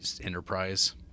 enterprise